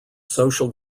social